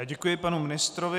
Děkuji panu ministrovi.